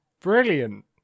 brilliant